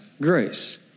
grace